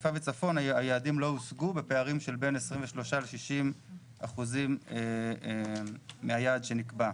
חיפה וצפון היעדים לא הושגו בפערים של בין 23%-60% מהיעד שנקבע.